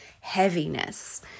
heaviness